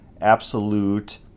absolute